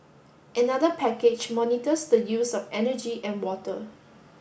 another package monitors the use of energy and water